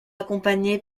accompagné